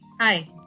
Hi